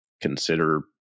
consider